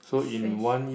strange